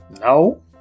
No